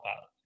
out